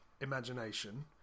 imagination